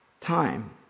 time